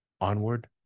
onward